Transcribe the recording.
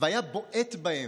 והיה בועט בהם,